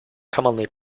commonly